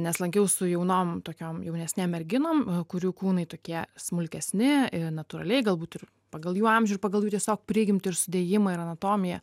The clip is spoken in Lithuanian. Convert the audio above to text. nes lankiau su jaunom tokiom jaunesnėm merginom kurių kūnai tokie smulkesni ir natūraliai galbūt ir pagal jų amžių ir pagal jų tiesiog prigimtį ir sudėjimą ir anatomiją